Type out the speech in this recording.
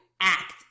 act